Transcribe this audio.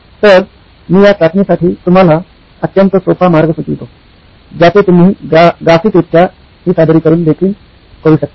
तर मी या चाचणी साठी तुम्हाला अत्यंत सोपा मार्ग सुचवितो ज्याचे तुम्ही ग्राफिकरित्या हि सादरीकरण देखील करू शकता